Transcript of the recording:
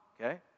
okay